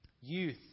youth